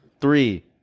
Three